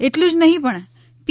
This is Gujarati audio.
એટલું જ નહીં પણ પી